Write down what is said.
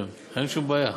אין שום בעיה.